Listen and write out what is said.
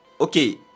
okay